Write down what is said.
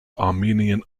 armenian